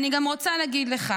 אני גם רוצה להגיד לך